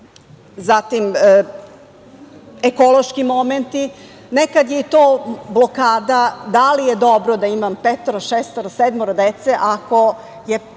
ekološki momenti, nekad je i to blokada da li je dobro da imam petoro, šestoro, sedmoro dece, ako je